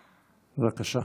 בבקשה.